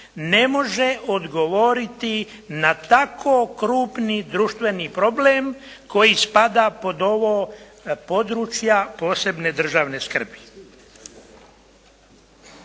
ne može odgovoriti na tako krupni društveni problem koji spada pod ovo područja posebne državne skrbi.